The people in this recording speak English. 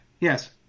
yes